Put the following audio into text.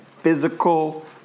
physical